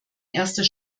erster